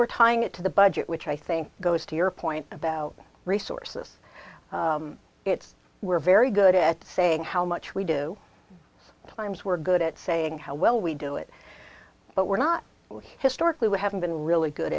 we're tying it to the budget which i think goes to your point about resources it's we're very good at saying how much we do it's times we're good at saying how well we do it but we're not historically we haven't been really good